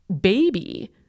baby